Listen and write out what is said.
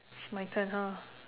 it's my turn ha